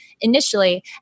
initially